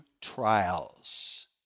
trials